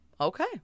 okay